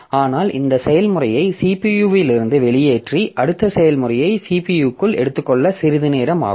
ஆனால் இந்த செயல்முறையை CPU இலிருந்து வெளியேற்றி அடுத்த செயல்முறையை CPU க்குள் எடுத்துக்கொள்ள சிறிது நேரம் ஆகும்